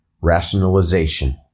Rationalization